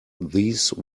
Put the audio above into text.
these